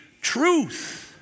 truth